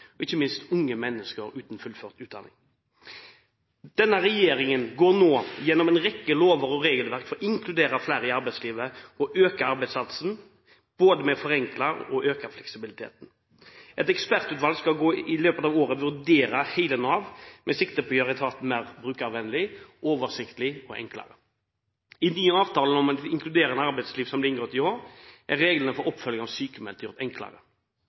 og ikke minst unge mennesker uten fullført utdanning. Denne regjeringen går nå gjennom en rekke lover og regelverk for å inkludere flere i arbeidslivet og øke arbeidsinnsatsen med både å forenkle og øke fleksibiliteten. Et ekspertutvalg skal i løpet av året vurdere hele Nav med sikte på å gjøre etaten mer brukervennlig, oversiktlig og enklere. I den nye avtalen om et inkluderende arbeidsliv som ble inngått i år, er reglene for oppfølging av sykmeldte gjort enklere.